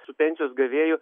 su pensijos gavėju